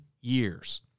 years